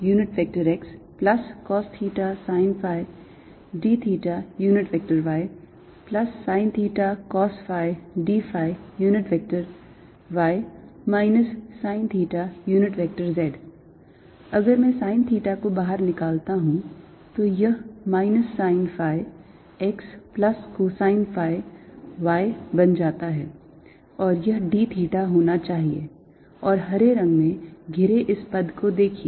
drdrrdrrr rsinθcosϕxsinθsinϕycosθz drcosθcosϕdθxsinθ sinϕdϕxcosθsinϕdθysinθcosϕdϕy sinθz अगर मैं sine theta को बाहर निकालता हूं तो यह minus sine phi x plus cosine phi y बन जाता है और यह d theta होना चाहिए और हरे रंग में घिरे इस पद को देखिए